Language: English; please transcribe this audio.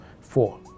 Four